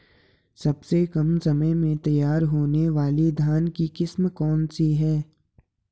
सबसे कम समय में तैयार होने वाली धान की किस्म कौन सी है?